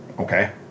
Okay